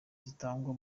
zitangwa